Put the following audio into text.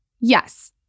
Yes